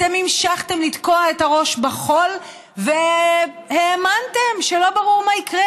אתם המשכתם לתקוע את הראש בחול והאמנתם שלא ברור מה יקרה,